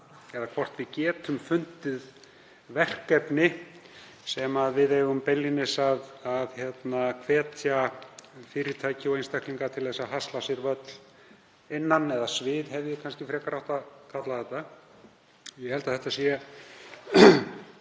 og hvort við getum fundið verkefni sem við eigum beinlínis að hvetja fyrirtæki og einstaklinga til að hasla sér völl innan, eða svið hefði ég kannski frekar átt að kalla það. Ég held að það sé